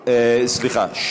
סליחה.